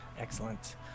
Excellent